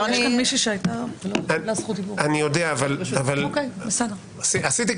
אני אעשה את זה